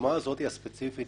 בדוגמה הספציפית הזאת,